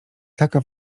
taka